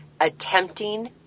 attempting